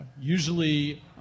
Usually